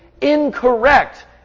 incorrect